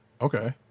okay